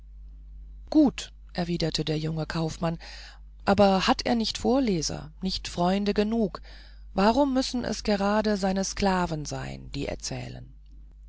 gut erwiderte der junge kaufmann aber hat er nicht vorleser nicht freunde genug warum müssen es gerade diese sklaven sein die erzählen